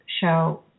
show